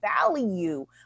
value